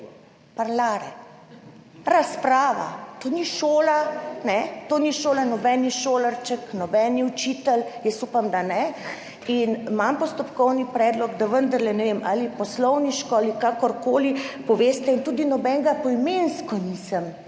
šola. Ne, to ni šola, noben ni šolarček, noben ni učitelj, jaz upam, da ne. In imam postopkovni predlog, da vendarle ne vem, ali poslovniško ali kakorkoli poveste, tudi nobenega poimensko nisem